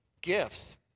gifts